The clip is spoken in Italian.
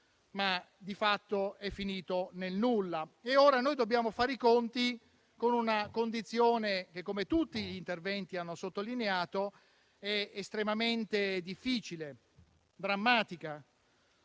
che di fatto è finito nel nulla. Ora dobbiamo fare i conti con una condizione che - come tutti gli interventi hanno sottolineato - è estremamente difficile e drammatica,